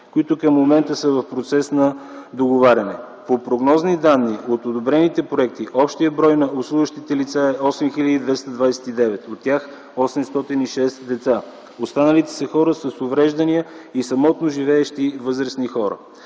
които към момента са в процес на договаряне. По прогнозни данни от одобрените проекти, общият брой на обслужващите лица е 8229, от тях 806 деца. Останалите са хора с увреждания и самотно живеещи възрастни хора.